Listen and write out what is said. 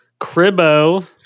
cribbo